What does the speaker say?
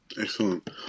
Excellent